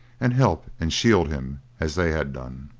and help and shield him as they had done.